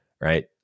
right